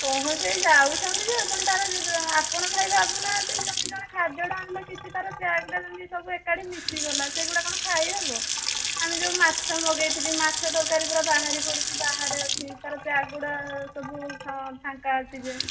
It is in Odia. ପହଞ୍ଚାଇ ଯାଉଛନ୍ତି ଯେ ପୁଣି ତା'ର ଆପଣ ଭାଇ ଭାବୁନାହାନ୍ତି ଯଦି ଜଣେ ଖାଦ୍ୟଟା ଆଣିଲା କିଛି ତା'ର ପ୍ୟାକ୍ଟା ଯେମିତି ସବୁ ଏକାଠି ମିଶି ଗଲା ସେହିଗୁଡ଼ା କଣ ଖାଇହେବ ଆମେ ଯେଉଁ ମାଛ ମଗାଇଥିଲି ମାଛ ତରକାରି ପୁରା ବାହାରି ପଡ଼ିଛି ବାହାରେ ଅଛି ତା'ର ପ୍ୟାକ୍ ଗୁଡ଼ା ସବୁ ଫାଙ୍କା ଅଛି ଯେ